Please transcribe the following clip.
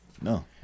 No